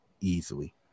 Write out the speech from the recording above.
easily